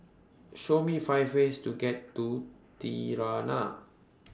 Show Me five ways to get to Tirana